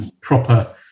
proper